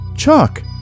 Chuck